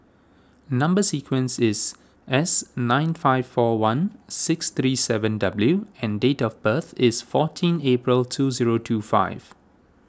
Number Sequence is S nine five four one six three seven W and date of birth is fourteen April two zero two five